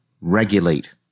regulate